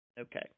Okay